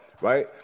right